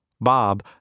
Bob